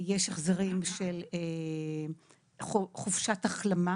יש החזרים של חופשת החלמה,